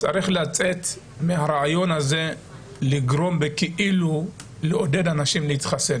שצריך לצאת מהרעיון הזה לגרום בכאילו עידוד של אנשים להתחסן.